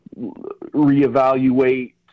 reevaluate